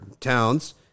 towns